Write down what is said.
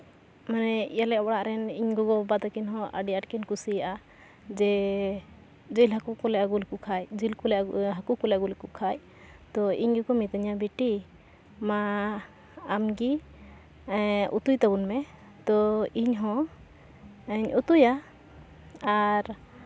ᱟᱞᱮ ᱚᱲᱟᱜ ᱨᱮᱱ ᱤᱧ ᱜᱚᱜᱚᱼᱵᱟᱵᱟ ᱛᱟᱹᱠᱤᱱ ᱦᱚᱸ ᱟᱹᱰᱤ ᱟᱸᱴ ᱠᱤᱱ ᱠᱩᱥᱤᱭᱟᱜᱼᱟ ᱡᱮ ᱡᱤᱞ ᱦᱟᱹᱠᱩ ᱠᱚᱞᱮ ᱟᱹᱜᱩ ᱞᱮᱠᱚ ᱠᱷᱟᱱ ᱡᱤᱞ ᱠᱚᱞᱮ ᱦᱟᱹᱠᱩ ᱠᱚᱞᱮ ᱟᱹᱜᱩ ᱞᱮᱠᱚ ᱠᱷᱟᱱ ᱛᱳ ᱤᱧ ᱜᱮᱠᱚ ᱢᱤᱛᱟᱹᱧᱟ ᱵᱤᱴᱤ ᱢᱟ ᱟᱢᱜᱮ ᱢᱟ ᱩᱛᱩᱭ ᱛᱟᱵᱚᱱ ᱢᱮ ᱛᱳ ᱤᱧᱦᱚᱸᱧ ᱩᱛᱩᱭᱟ ᱟᱨ